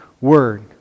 word